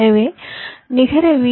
எனவே நிகர வி